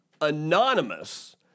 Anonymous